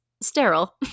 sterile